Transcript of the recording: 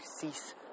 cease